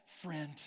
friend